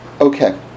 Okay